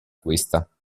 questa